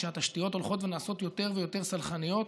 כשהתשתיות נעשות יותר ויותר סלחניות,